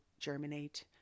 germinate